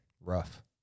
rough